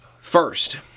first